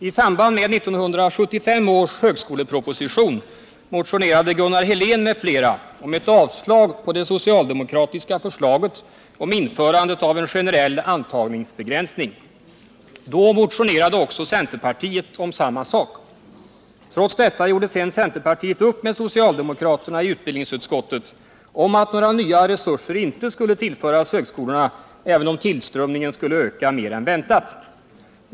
I samband med 1975 års högskoleproposition motionerade Gunnar Helén m.fl. om avslag på det socialdemokratiska förslaget om införandet av en generell antagningsbegränsning. Då motionerade också centerpartiet om samma sak. Trots detta gjorde sedan centerpartiet upp med socialdemokraterna i utbildningsutskottet om att några nya resurser inte skulle tillföras högskolorna, även om tillströmningen skulle öka mer än väntat.